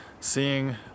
seeing